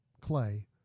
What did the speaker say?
clay